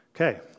Okay